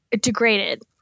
degraded